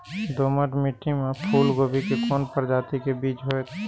दोमट मिट्टी में फूल गोभी के कोन प्रजाति के बीज होयत?